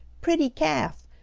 pretty calf,